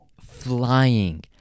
flying